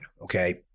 okay